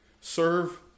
serve